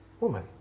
woman